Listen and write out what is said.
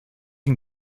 can